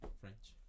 french